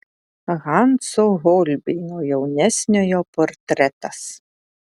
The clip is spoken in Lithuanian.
hanso holbeino jaunesniojo portretas